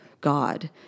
God